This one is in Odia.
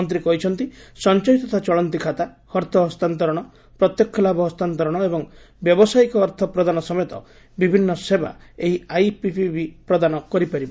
ମନ୍ତ୍ରୀ କହିଛନ୍ତି ସଞ୍ଚୟ ତଥା ଚଳନ୍ତି ଖାତା ଅର୍ଥ ହସ୍ତାନ୍ତରଣ ପ୍ରତ୍ୟକ୍ଷ ଲାଭ ହସ୍ତାନ୍ତରଣ ଏବଂ ବ୍ୟାବସାୟିକ ଅର୍ଥ ପ୍ରଦାନ ସମେତ ବିଭିନ୍ନ ସେବା ଏହି ଆଇପିପିବି ପ୍ରଦାନ କରିପାରିବ